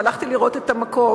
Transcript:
והלכתי לראות את המקום.